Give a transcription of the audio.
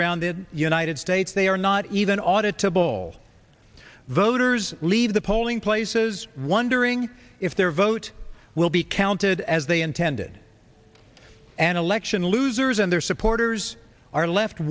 around the united states they are not even auto ball voters leave the polling places wondering if their vote will be counted as they intended an election losers and their supporters are left